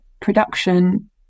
production